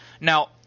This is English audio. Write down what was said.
now